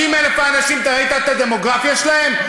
50,000 האנשים, אתה ראית את הדמוגרפיה שלהם?